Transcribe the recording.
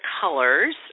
colors